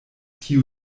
tio